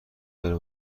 داره